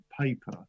paper